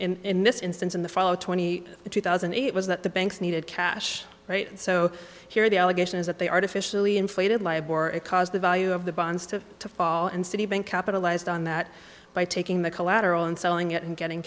in this instance in the fall of twenty two thousand and eight was that the banks needed cash right so here the allegation is that they artificially inflated liable for it caused the value of the bonds to fall and citibank capitalized on that by taking the collateral and selling it and getting